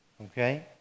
okay